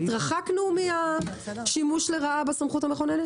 התרחקנו מהשימוש לרעה בסמכות המכוננת?